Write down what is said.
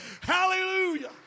Hallelujah